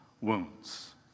wounds